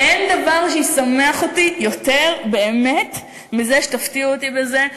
אין דבר שישמח אותי יותר באמת מזה שתפתיעו אותי בזה,